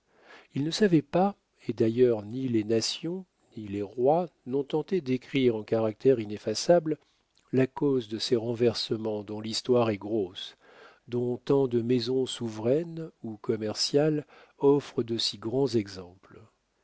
il ne savait pas et d'ailleurs ni les nations ni les rois n'ont tenté d'écrire en caractères ineffaçables la cause de ces renversements dont l'histoire est grosse dont tant de maisons souveraines ou commerciales offrent de si grands exemples